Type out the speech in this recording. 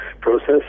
process